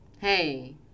Hey